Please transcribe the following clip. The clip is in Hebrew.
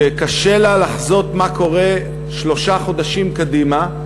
שקשה לה לחזות מה קורה שלושה חודשים קדימה,